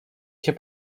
się